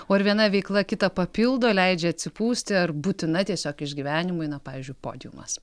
o ar viena veikla kitą papildo leidžia atsipūsti ar būtina tiesiog išgyvenimui na pavyzdžiui podiumas